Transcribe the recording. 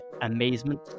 amazement